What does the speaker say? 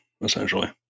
essentially